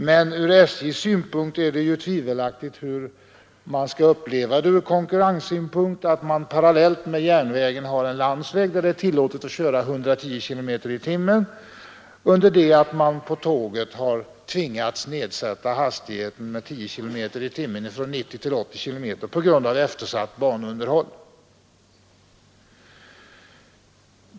Men för SJ är det ju tvivelaktigt hur man skall uppleva det ur konkurrenssynpunkt, att det parallellt med järnvägen finns en landsväg där det är tillåtet att köra 110 kilometer i timmen, under det att man för tågen tvingats sätta ned hastigheten med 10 kilometer i timmen från 90 till 80 kilometer på grund av eftersatt banunderhåll.